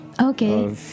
Okay